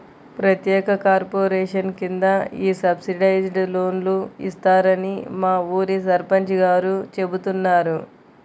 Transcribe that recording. ప్రత్యేక కార్పొరేషన్ కింద ఈ సబ్సిడైజ్డ్ లోన్లు ఇస్తారని మా ఊరి సర్పంచ్ గారు చెబుతున్నారు